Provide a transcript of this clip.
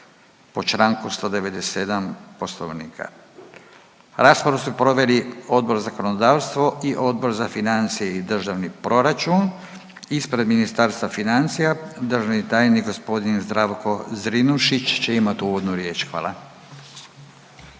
po čl. 197. Poslovnika. Raspravu su proveli Odbor za zakonodavstvo i Odbor za financije i državni proračun. Ispred Ministarstva financija državni tajnik g. Zdravko Zrinušić će imat uvodnu riječ, hvala.